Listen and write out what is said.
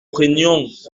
prenions